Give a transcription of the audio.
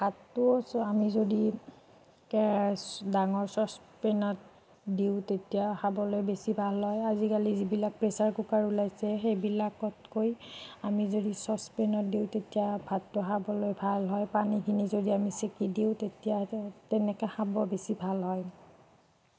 কাপটোও আমি যদি ডাঙৰ চচপেনত দিওঁ তেতিয়া খাবলৈ বেছি ভাল হয় আজিকালি যিবিলাক প্ৰেচাৰ কুকাৰ ওলাইছে সেইবিলাকতকৈ আমি যদি চচপেনত দিওঁ তেতিয়া ভাতটো খাবলৈ ভাল হয় পানীখিনি যদি আমি চেকি দিওঁ তেতিয়াহ'লে তেনেকে খাব বেছি ভাল হয়